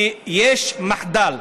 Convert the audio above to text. כי יש מחדל,